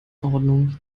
ordnung